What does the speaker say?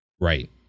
Right